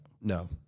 No